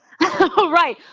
Right